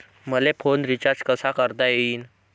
मले phone recharge कसा करता येईन?